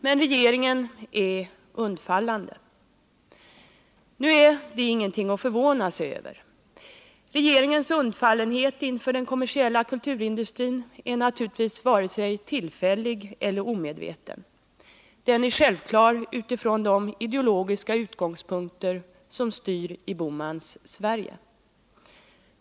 Men regeringen är undfallande. Nu är detta ingenting att förvåna sig över. Regeringens undfallenhet inför den kommersiella kulturindustrin är naturligtvis varken tillfällig eller omedveten. Den är självklar, utifrån de ideologiska utgångspunkter som styr i Bohmans Sverige.